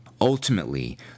Ultimately